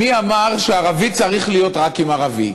מי אמר שערבי צריך להיות רק עם ערבי?